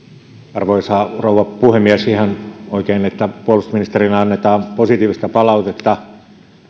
arvoisa rouva puhemies on ihan oikein että puolustusministerille annetaan positiivista palautetta